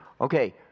Okay